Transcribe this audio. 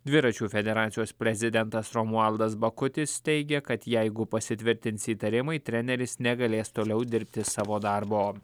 dviračių federacijos prezidentas romualdas bakutis teigia kad jeigu pasitvirtins įtarimai treneris negalės toliau dirbti savo darbo